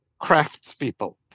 craftspeople